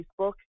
Facebook